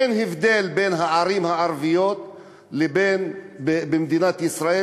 אין הבדל בין הערים הערביות במדינת ישראל